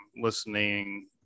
listening